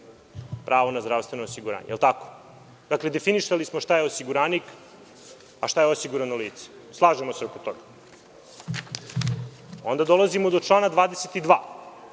pravo na zdravstveno osiguranje, jel tako? Dakle, definisali smo šta je osiguranik, a šta je osigurano lice, slažemo se oko toga. Onda dolazimo do člana 22.